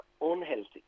unhealthy